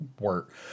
work